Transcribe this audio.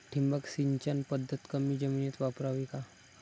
ठिबक सिंचन पद्धत कमी जमिनीत वापरावी का?